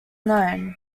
known